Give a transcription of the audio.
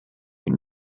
and